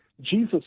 Jesus